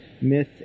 myth